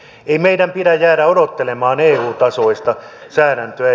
ei meidän pidä jäädä odottelemaan eu tasoista säädäntöä